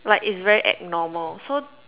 like it's very abnormal so